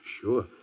Sure